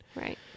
right